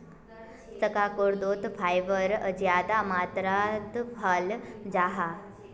शकार्कंदोत फाइबर ज्यादा मात्रात पाल जाहा